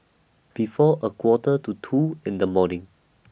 before A Quarter to two in The morning